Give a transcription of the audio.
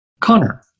Connor